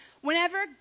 whenever